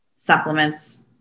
Supplements